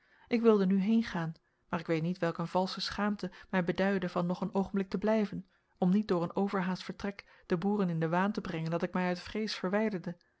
ik wilde nu heengaan maar ik weet niet welk een valsche schaamte mij beduidde van nog een oogenblik te blijven om niet door een overhaast vertrek de boeren in den waan te brengen dat ik mij uit vrees verwijderde